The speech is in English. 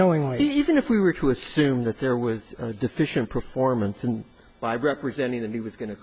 knowingly even if we were to assume that there was a deficient performance and by representing that he was going to